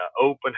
open